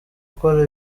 gukora